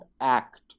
act